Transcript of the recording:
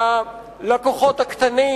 הלקוחות הקטנים,